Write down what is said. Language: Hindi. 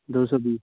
दो सौ बीस